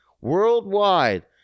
Worldwide